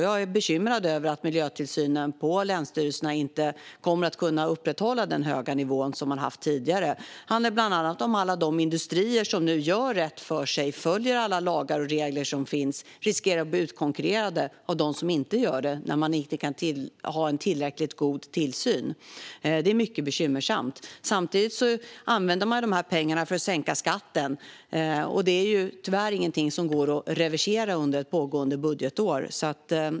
Jag är bekymrad över att länsstyrelserna inte kommer att kunna upprätthålla den höga nivå på miljötillsynen som man haft tidigare. Det handlar bland annat om att alla de industrier som nu gör rätt för sig och följer alla lagar och regler som finns riskerar att bli utkonkurrerade av dem som inte gör det, när man inte kan ha en tillräckligt god tillsyn. Det är mycket bekymmersamt. Samtidigt använder man dessa pengar för att sänka skatten, och det är tyvärr ingenting som går att reversera under ett pågående budgetår.